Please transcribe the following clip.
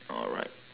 alright